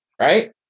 right